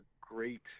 great